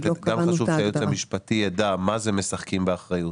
גם חשוב שהיועץ המשפטי יידע מה זה משחקים באחריות.